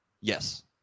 Yes